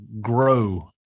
grow